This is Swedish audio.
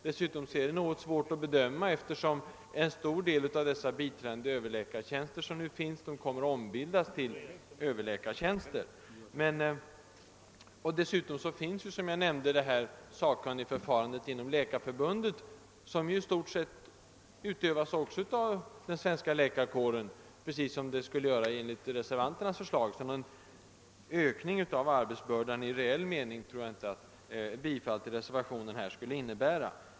Dessutom är det relativt svårt att bedöma hur stor skillnaden skulle bli för socialstyrelsen, eftersom en del av de nuvarande tjänsterna som biträdande överläkare kommer att ombildas till överläkartjänster. Vidare förekommer, som jag nämnde, ett sakkunnigförfarande inom <Läkarförbundet. Det belastar också den svenska läkarkåren, precis som fallet skulle vara enligt reservanternas förslag. Någon reell ökning av arbetsbördan tror jag därför inte att ett genomförande av förslaget i reservationen III skulle innebära.